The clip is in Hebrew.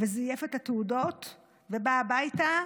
וזייף את התעודות ובא הביתה.